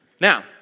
Now